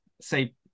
say